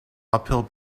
uphill